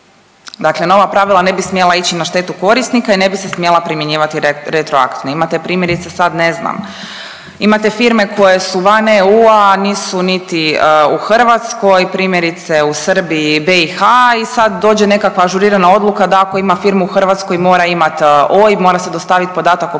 Dakle nova pravila ne bi smjela ići na štetu korisnika i ne bi se smjela primjenjivati retroaktivno. Imate, primjerice, sad ne znam, imate firme koje su van EU-a, a nisu niti u Hrvatskoj, primjerice, u Srbiji, BiH, i sad dođe nekakva ažurirana odluka da ako ima firmu u Hrvatskoj mora imati OIB, mora se dostaviti podatak o